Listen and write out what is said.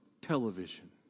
television